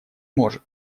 может